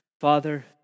Father